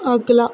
اگلا